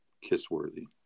kiss-worthy